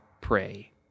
pray